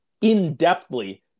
in-depthly